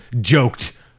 joked